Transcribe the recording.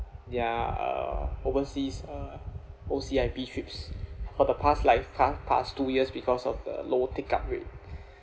their uh overseas uh O_C_I_P trips for the past like pa~ past two years because of the low take up rate